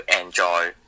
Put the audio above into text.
enjoy